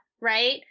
right